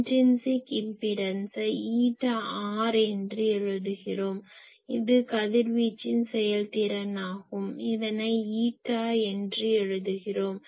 intrinsic இம்பிடென்ஸை eta r என்று எழுதுகிறோம் இது கதிர்வீச்சின் செயல்திறன் ஆகும் இதனை ஈட்டா என்று எழுதுகிறோம்